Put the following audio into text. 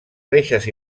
reixes